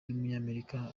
w’umunyamerika